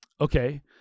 Okay